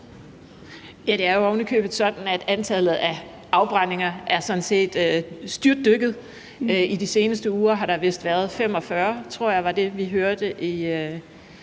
Ja, og det er jo ovenikøbet sådan, at antallet af afbrændinger sådan set er styrtdykket. I de seneste uger har der vist været 45 – jeg tror, det var det, vi hørte ved